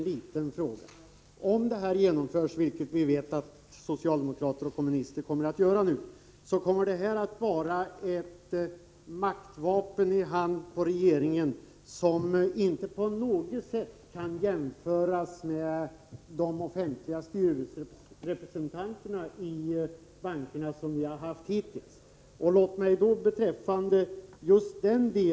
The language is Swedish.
Om förslaget genomförs, vilket vi vet att socialdemokrater och kommunister nu kommer att samverka till, kommer regeringen därmed att få ett maktvapen i sin hand, som inte på något sätt kan jämföras med det system med offentliga representanter i bankstyrelserna som vi hittills haft.